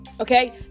Okay